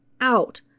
out